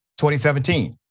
2017